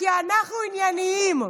כי אנחנו ענייניים,